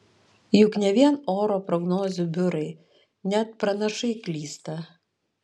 juk ne vien oro prognozių biurai net pranašai klysta